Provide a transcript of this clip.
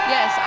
Yes